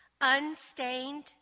unstained